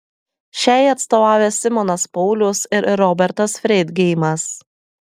šiai atstovauja simonas paulius ir robertas freidgeimas